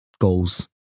goals